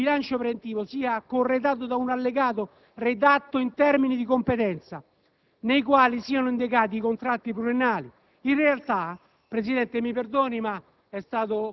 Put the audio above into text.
al comma 6, prevede, inoltre, che il bilancio preventivo sia corredato da un allegato - redatto in termini di competenza - nel quale siano indicati i contratti pluriennali.